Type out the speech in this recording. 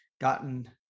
gotten